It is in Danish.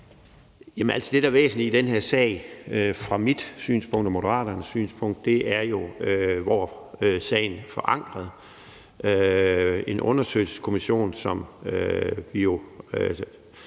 Det, der er væsentligt i den her sag set fra mit og Moderaternes synspunkt, er jo, hvor sagen forankres. En undersøgelseskommission, som vi jo